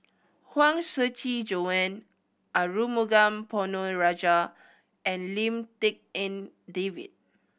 Huang Shiqi Joan Arumugam Ponnu Rajah and Lim Tik En David